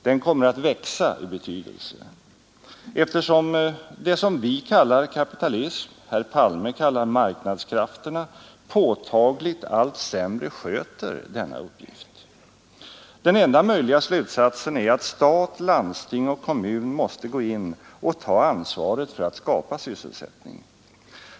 Den kommer att växa i betydelse, eftersom det som vi kallar kapitalism och herr Palme kallar marknadskrafterna påtagligt allt sämre sköter uppgifterna att bereda människor arbete. Den enda möjliga slutsatsen är att stat, landsting och kommuner måste gå in och ta ansvaret för att skapa sysselsättning.